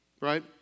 right